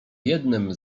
jednem